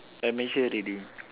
I make sure ready